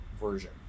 version